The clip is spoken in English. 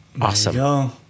Awesome